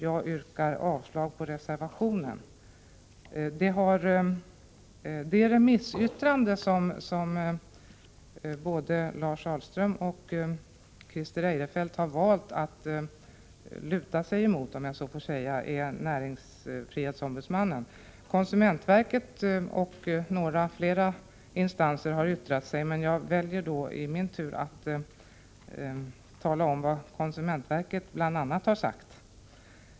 Jag yrkar avslag på reservationen. Det remissyttrande som både Lars Ahlström och Christer Eirefelt valt att ”luta sig mot” är näringsfrihetsombudsmannens. Konsumentverket och några andra instanser har också yttrat sig, och jag väljer i min tur att återge något av vad konsumentverket har sagt.